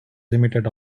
limited